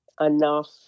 enough